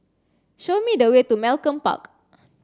show me the way to Malcolm Park